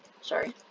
sorry